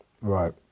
Right